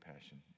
passion